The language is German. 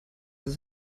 das